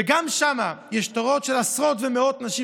וגם שם יש תור של עשרות ומאות נשים,